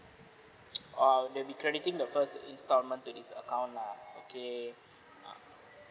oh I'll they be crediting the first instalment to this account lah okay uh